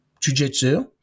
jujitsu